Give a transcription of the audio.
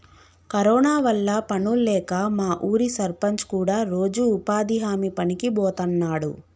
corona వల్ల పనుల్లేక మా ఊరి సర్పంచ్ కూడా రోజూ ఉపాధి హామీ పనికి బోతన్నాడు